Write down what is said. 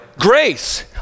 grace